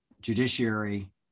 judiciary